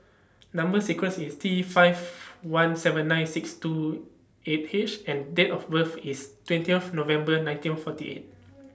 Number sequence IS T five one seven nine six two eight H and Date of birth IS twentieth November nineteen forty eight